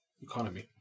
economy